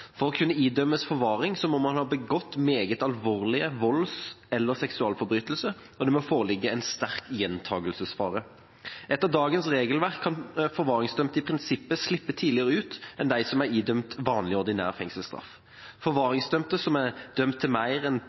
For å kunne idømmes forvaring må man ha begått meget alvorlige volds- eller seksualforbrytelser, og det må foreligge en sterk gjentakelsesfare. Etter dagens regelverk kan forvaringsdømte i prinsippet slippe tidligere ut enn dem som er idømt vanlig, ordinær fengselsstraff. Forvaringsdømte som er dømt til mer enn